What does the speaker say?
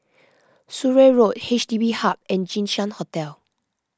Surrey Road H D B Hub and Jinshan Hotel